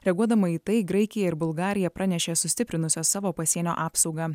reaguodama į tai graikija ir bulgarija pranešė sustiprinusios savo pasienio apsaugą